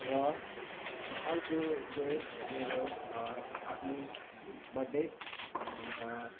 र अर्को चाहिँ मेरो मेरो आफ्नै बर्थडे अन्त